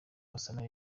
gasana